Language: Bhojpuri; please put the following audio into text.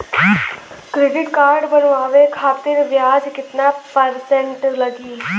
क्रेडिट कार्ड बनवाने खातिर ब्याज कितना परसेंट लगी?